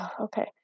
Okay